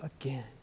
again